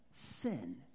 Sin